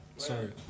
Sorry